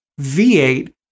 V8